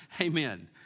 Amen